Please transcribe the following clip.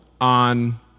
on